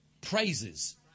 Praises